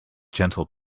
gentle